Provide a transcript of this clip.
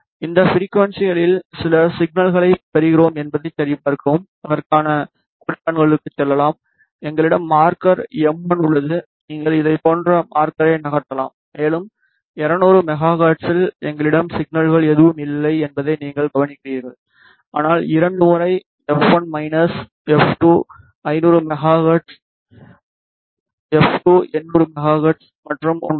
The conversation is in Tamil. இந்த ஃபிரிக்குவன்ஸிகளில் சில சிக்னல்களைப் பெறுகிறோம் என்பதைச் சரிபார்க்கவும் அதற்கான குறிப்பான்களுக்குச் செல்லலாம் எங்களிடம் மார்க்கர் எம் 1 உள்ளது நீங்கள் இதைப் போன்ற மார்க்கரை நகர்த்தலாம் மேலும் 200 மெகா ஹெர்ட்ஸில் எங்களிடம் சிக்னல்கள் எதுவும் இல்லை என்பதை நீங்கள் கவனிக்கிறீர்கள் ஆனால் இரண்டு முறை எஃப் 1மைனஸ் F 2 500 megahertz F 2 800 megahertz மற்றும் 1